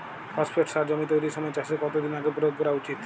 Phosphate সার জমি তৈরির সময় চাষের কত দিন আগে প্রয়োগ করা উচিৎ?